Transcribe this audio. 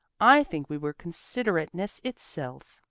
i think we were considerateness itself.